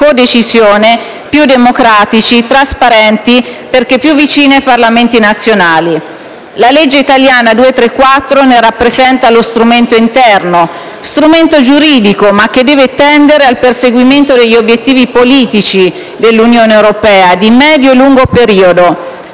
più democratici e trasparenti, perché più vicini ai Parlamenti nazionali. La legge italiana n. 234 del 2012 ne rappresenta lo strumento interno; strumento giuridico, ma che deve tendere al perseguimento degli obiettivi politici dell'Unione europea di medio e lungo periodo,